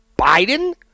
Biden